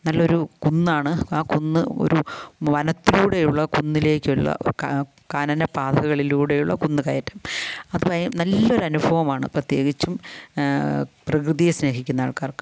നല്ലൊരു കുന്നാണ് ആ കുന്ന് ഒരു വനത്തിലൂടെയുള്ള കുന്നിലേക്കുള്ള കാ കാനനപ്പാതകളിലൂടെയുള്ള കുന്നുക്കയറ്റം അപ്പം നല്ലൊരു അനുഭവമാണ് പ്രത്യേകിച്ചും പ്രകൃതിയെ സ്നേഹിക്കുന്ന ആൾക്കാർക്ക്